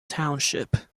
township